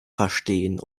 verstehen